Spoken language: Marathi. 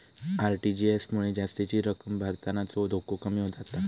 आर.टी.जी.एस मुळे जास्तीची रक्कम भरतानाचो धोको कमी जाता